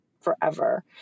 forever